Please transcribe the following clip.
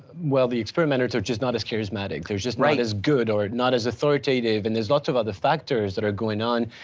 well, the experimenters are just not as charismatic, there's just not as good or not as authoritative. and there's lots of other factors that are going on.